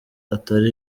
atari